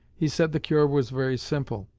he said the cure was very simple.